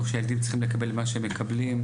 שהילדים צריכים לקבל למה שהם מקבלים.